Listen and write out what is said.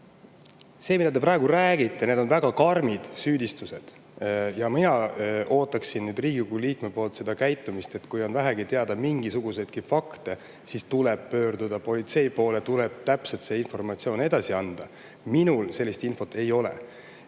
See, mida te praegu räägite – need on väga karmid süüdistused. Mina ootaksin Riigikogu liikmelt sellist käitumist, et kui on vähegi teada mingisuguseid [selliseid] fakte, siis tuleb pöörduda politsei poole ja see informatsioon edasi anda. Minul sellist infot ei ole.